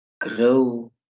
grow